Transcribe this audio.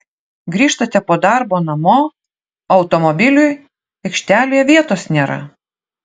grįžtate po darbo namo o automobiliui aikštelėje vietos nėra